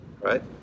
right